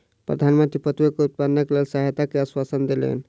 प्रधान मंत्री पटुआ के उत्पादनक लेल सहायता के आश्वासन देलैन